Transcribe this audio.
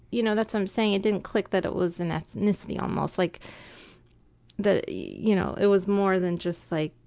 you know, that's what i'm saying, it didn't click that it was an ethnicity almost, like that you know it was more than just like,